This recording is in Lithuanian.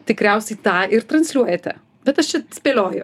tikriausiai tą ir transliuojate bet aš čia spėlioju